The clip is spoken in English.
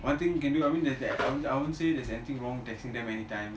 one thing you can do I mean I I wouldn't say there's anything wrong texting them anytime